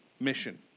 mission